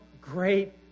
great